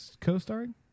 co-starring